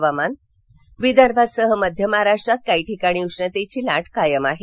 हवामान विदर्भासह मध्यमहाराष्ट्रात काही ठिकाणी उष्णतेची लाट कायम आहे